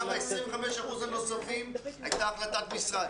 לגבי ה-25% הנוספים הייתה החלטת משרד.